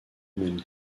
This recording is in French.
même